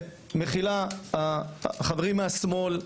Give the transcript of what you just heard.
מחילה מהחברים מהשמאל,